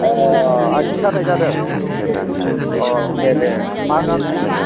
अ आथिं सानाय जादों अ दे दे मा गामिनि